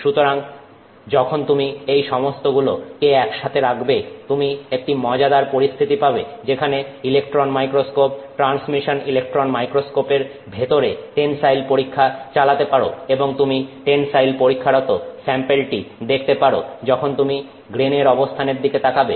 সুতরাং যখন তুমি এই সমস্তগুলোকে একসাথে রাখবে তুমি একটি মজাদার পরিস্থিতি পাবে যেখানে ইলেকট্রন মাইক্রোস্কোপ ট্রান্সমিশন ইলেকট্রন মাইক্রোস্কোপের ভেতরে টেনসাইল পরীক্ষা চালাতে পারো এবং তুমি টেনসাইল পরীক্ষারত স্যাম্পেলটি দেখতে পারো যখন তুমি গ্রেনের অবস্থানের দিকে তাকাবে